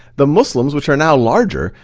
the muslims, which are now larger,